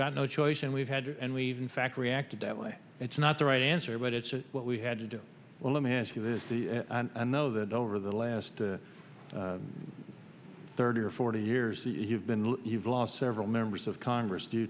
got no choice and we've had and we've in fact reacted that way it's not the right answer but it's what we had to do well let me ask you this i know that over the last thirty or forty years you've been you've lost several members of congress due